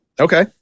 Okay